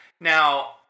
Now